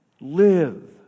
Live